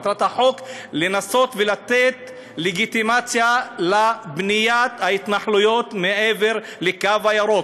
מטרת החוק היא לנסות ולתת לגיטימציה לבניית ההתנחלויות מעבר לקו הירוק,